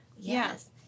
Yes